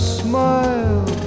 smile